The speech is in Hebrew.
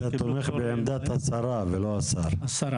אתה תומך בעמדת השרה ולא השר, השרה